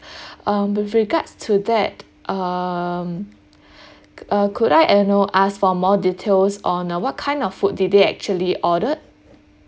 um with regards to that um uh could I you know ask for more details on uh what kind of food did they actually ordered